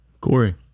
Corey